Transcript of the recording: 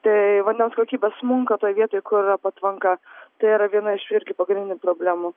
tai vandens kokybė smunka toj vietoj kur yra patvanka tai yra viena iš irgi pagrindinių problemų